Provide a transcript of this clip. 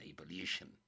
evolution